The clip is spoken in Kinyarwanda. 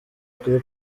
kuri